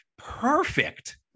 perfect